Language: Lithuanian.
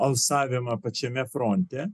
alsavimą pačiame fronte